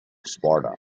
sparta